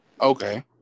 Okay